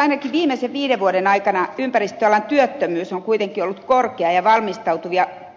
ainakin viimeisen viiden vuoden aikana ympäristöalan työttömyys on kuitenkin ollut korkea ja